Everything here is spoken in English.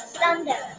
thunder